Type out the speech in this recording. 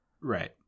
right